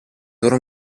loro